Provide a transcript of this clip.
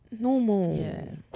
normal